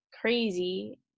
crazy